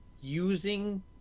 using